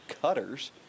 cutters